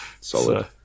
Solid